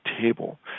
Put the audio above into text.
table